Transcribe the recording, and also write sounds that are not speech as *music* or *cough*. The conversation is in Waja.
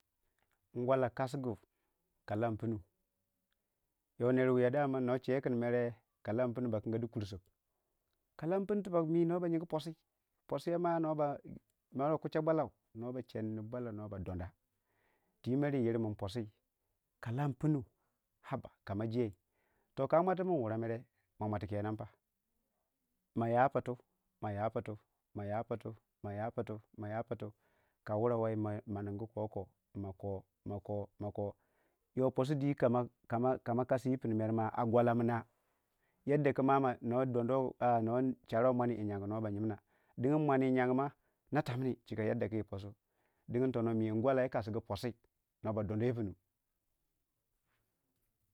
Ngwalla kasgu ka lan pinu yo ner wiya daman no che kyin mere ka lan pinu ba jinga du kursog ka lan pinu tibag mi noba yin posi, posiyei ma no ba kgii cha boulau no ba chinnu boulan no ba donda twii mere yii min posi ko lam punu aba'a kama jei toh ka mon timin wurei mere ma mwati kenen *noise* pa maya piitu maya piitu maya piitu maya piitu meya piitu maya pittu meya piitu ka wurawei ma ningu koko mako mako mako yo posidii kama kasiyi pinu merma a gwallamina yadda ku no charwei mwane yi gyanguma no ba gyimina dingin mwane yi yangu ma *noise* ba tamminni chikka posi dingin tono mi gwalla yi kasigu posi no ba doda yi pinu. *noise*